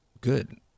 good